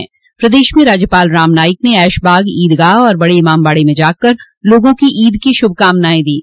लखनऊ में राज्यपाल रामनाईक ने ऐशबाग ईदगाह और बड़े इमामबाड़े में जाकर लोगों को ईद की श्रभकामनायें दीं